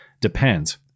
depends